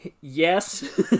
yes